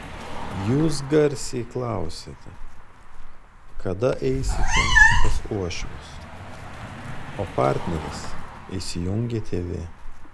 jūs garsiai klausiate kada eisite pas uošvius o partneris įsijungia tv